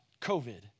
COVID